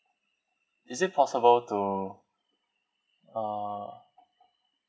is it possible to uh